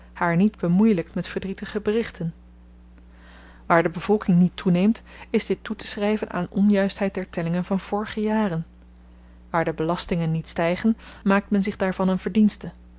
haar niet bemoeielykt met verdrietige berichten waar de bevolking niet toeneemt is dit toeteschryven aan onjuistheid der tellingen van vorige jaren waar de belastingen niet stygen maakt men zich daarvan een verdienste